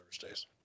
Thursdays